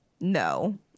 No